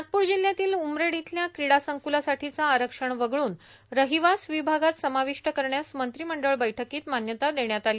नागप्रर जिल्ह्यातील उमरेड इथल्या क्रीडा संक्लासाठीचं आरक्षण वगळून रहिवास विभागात समाविष्ट करण्यास मंत्रिमंडळ बैठकीत मान्यता देण्यात आली